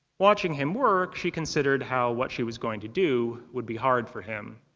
watching him work, she considered how what she was going to do would be hard for him.